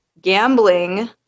gambling